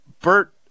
Bert